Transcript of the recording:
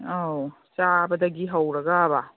ꯑꯥꯥꯎ ꯆꯥꯕꯗꯒꯤ ꯍꯧꯔꯒꯕ